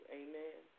amen